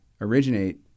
originate